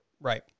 Right